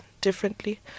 differently